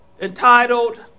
entitled